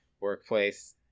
workplace